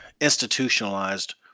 institutionalized